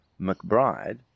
McBride